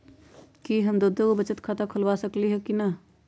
कि हम दो दो गो बचत खाता खोलबा सकली ह की न?